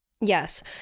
yes